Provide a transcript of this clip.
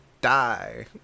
die